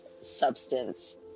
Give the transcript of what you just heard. substance